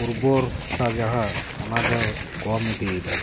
ᱩᱨᱵᱚᱨᱛᱟ ᱡᱟᱦᱟᱸ ᱚᱱᱟ ᱫᱚᱭ ᱠᱚᱢ ᱤᱫᱤᱭᱮᱫᱟ